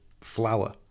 flour